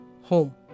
home